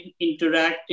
interactive